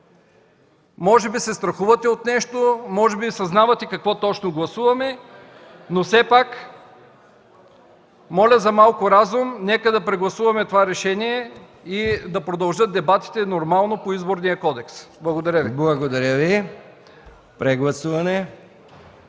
може би се страхувате от нещо, може би съзнавате какво точно гласуваме, но все пак моля за малко разум. Нека да прегласуваме това решение и да продължат дебатите нормално по Изборния кодекс. Благодаря Ви.